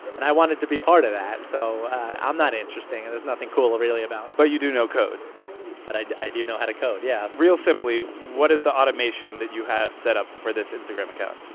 and i wanted to be part of that. so i'm not interesting, and there's nothing cool, really, about. but you do know code but i do know how to code, yeah real simply, what is the automation that you have set up for this instagram account?